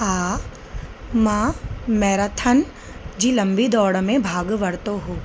हा मां मैराथन जी लंबी दौड़ में भाग वरितो हुओ